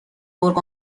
گرگ